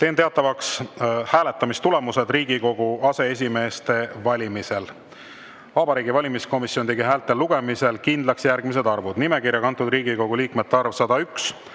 teatavaks hääletamistulemused Riigikogu aseesimeeste valimisel. Vabariigi Valimiskomisjon tegi häälte lugemisel kindlaks järgmised arvud. Nimekirja kantud Riigikogu liikmete arv – 101.